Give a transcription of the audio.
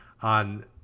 on